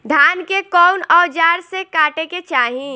धान के कउन औजार से काटे के चाही?